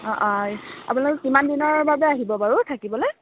অঁ অঁ আপোনালোক কিমান দিনৰ বাবে আহিব বাৰু থাকিবলৈ